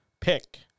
Pick